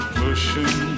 pushing